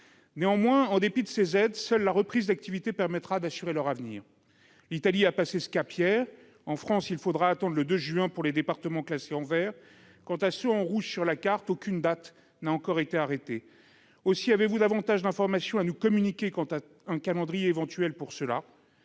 Néanmoins, en dépit de ces aides, seule la reprise d'activité permettra d'assurer l'avenir de ces entreprises. L'Italie a passé ce cap hier. En France, il faudra attendre le 2 juin pour les départements classés en vert. Quant à ceux figurant en rouge sur la carte, aucune date n'a encore été arrêtée. Avez-vous davantage d'informations à nous communiquer quant à un calendrier éventuel pour ces